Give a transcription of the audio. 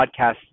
podcast